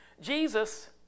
Jesus